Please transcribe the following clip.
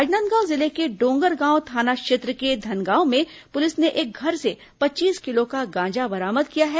राजनांदगांव जिले के डोंगरगांव थाना क्षेत्र के धनगांव में पुलिस ने एक घर से पच्चीस किलो का गांजा बरामद किया है